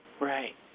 Right